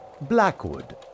Blackwood